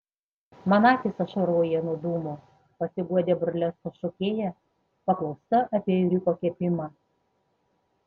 man akys ašaroja nuo dūmų pasiguodė burleskos šokėja paklausta apie ėriuko kepimą